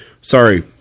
sorry